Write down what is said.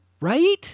right